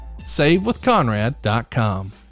savewithconrad.com